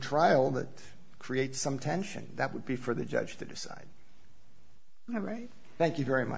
trial that creates some tension that would be for the judge to decide all right thank you very much